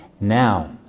now